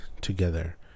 together